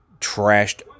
trashed